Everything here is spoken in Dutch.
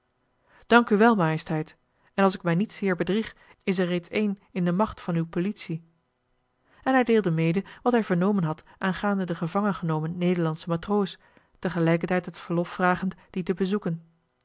u wel majesteit en als ik mij niet zeer bedrieg is er reeds een in de macht van uw politie en hij deelde mede wat hij vernomen had aangaande den gevangen genomen nederlandschen matroos tegelijkertijd het verlof vragend dien te bezoeken